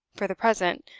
for the present,